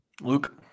Luke